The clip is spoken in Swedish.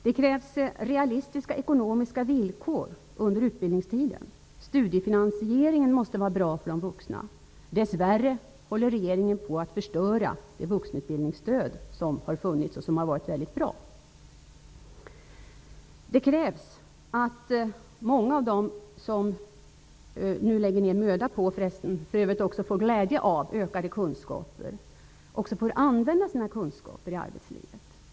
Det krävs realistiska ekonomiska villkor under utbildningstiden. Studiefinansieringen för de vuxna måste vara bra. Dess värre håller regeringen på att förstöra det vuxenutbildningsstöd som har funnits, vilket har varit väldigt bra. Det krävs att många av dem som nu lägger ner möda på, och även får glädje av, ökade kunskaper, nu också får användning av sina kunskaper i arbetslivet.